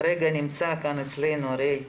כרגע נמצא כאן אריאל קלנר,